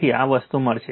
તેથી આ વસ્તુ મળશે